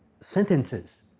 sentences